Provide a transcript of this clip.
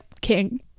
king